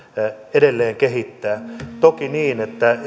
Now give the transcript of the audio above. edelleen kehittämään toki on niin